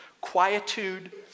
Quietude